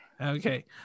Okay